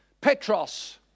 Petros